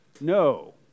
No